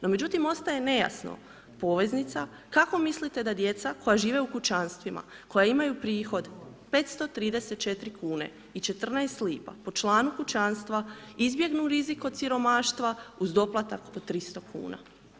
No međutim ostaje nejasno, poveznica, kako mislite da djeca koja žive u kućanstvima, koja imaju prihod 534 kune i 14 lipa po članu kućanstva izbjegnu rizik od siromaštva uz doplatak od 300 kuna.